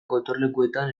gotorlekuetan